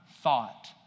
thought